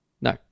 No